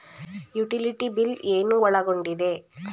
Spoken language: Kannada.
ಯುಟಿಲಿಟಿ ಬಿಲ್ ಏನು ಒಳಗೊಂಡಿದೆ?